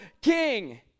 king